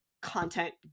content